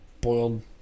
boiled